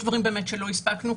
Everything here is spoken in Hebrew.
יש דברים באמת שלא הספקנו.